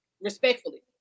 respectfully